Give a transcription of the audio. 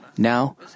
Now